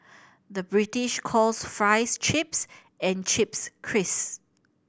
the British calls fries chips and chips crisp